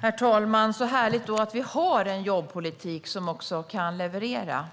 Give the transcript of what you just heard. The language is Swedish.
Herr talman! Så härligt då att vi har en jobbpolitik och att den också kan leverera!